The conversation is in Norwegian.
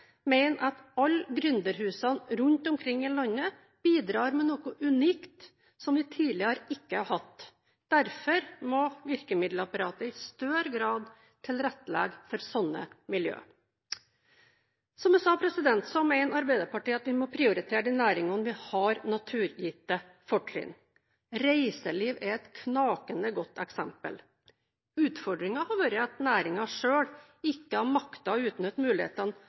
mener at alle gründerhus rundt omkring i landet bidrar med noe unikt som vi tidligere ikke har hatt. Derfor må virkemiddelapparatet i større grad tilrettelegge for slike miljø. Som jeg sa, mener Arbeiderpartiet at vi må prioritere de næringene hvor vi har naturgitte fortrinn. Reiseliv er et knakende godt eksempel. Utfordringen har vært at næringen selv ikke har maktet å utnytte mulighetene